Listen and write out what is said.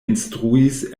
instruis